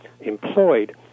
employed